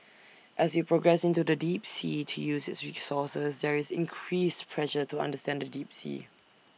as we progress into the deep sea to use its resources there is increased pressure to understand the deep sea